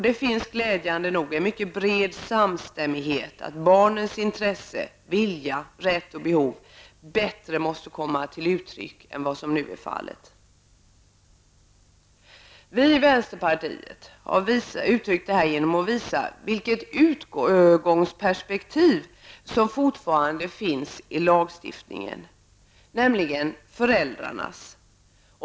Det finns, glädjande nog, en mycket bred samstämmighet om att barnens intresse, vilja, rätt och behov bättre måste komma till uttryck än som nu är fallet. Vi i vänsterpartiet har uttryckt detta genom att visa på det utgångsperspektiv som fortfarande finns i lagstiftningen, nämligen föräldrarnas.